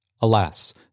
Alas